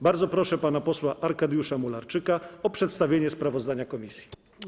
Bardzo proszę pana posła Arkadiusza Mularczyka o przedstawienie sprawozdania komisji.